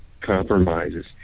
compromises